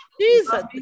jesus